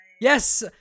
Yes